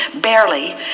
barely